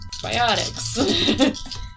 probiotics